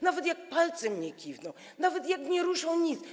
Nawet jak palcem nie kiwną, nawet jak nie ruszą nic.